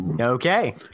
Okay